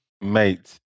Mate